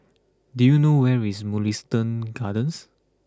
do you know where is Mugliston Gardens